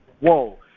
whoa